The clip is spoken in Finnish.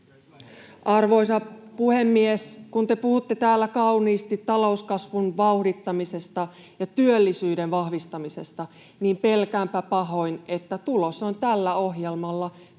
Arvoisa puhemies! Kun te puhutte täällä kauniisti talouskasvun vauhdittamisesta ja työllisyyden vahvistamisesta, niin pelkäänpä pahoin, että tulos on tällä ohjelmalla